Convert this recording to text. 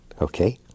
Okay